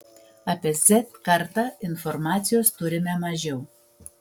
apie z kartą informacijos turime mažiau